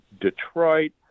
Detroit